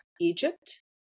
Egypt